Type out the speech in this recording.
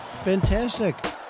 Fantastic